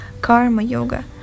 karma-yoga